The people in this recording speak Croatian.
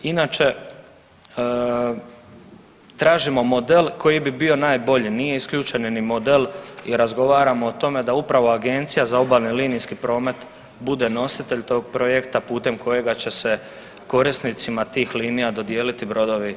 Inače tražimo model koji bi bio najbolji, nije isključen ni model i razgovaramo o tome da upravo Agencija za obalni linijski promet bude nositelj tog projekta putem kojega će se korisnicama tih linija dodijeliti brodovi na korištenje.